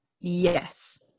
yes